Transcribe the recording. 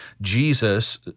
Jesus